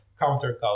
counterculture